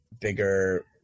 bigger